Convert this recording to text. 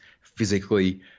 physically